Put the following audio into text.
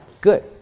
good